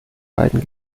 beiden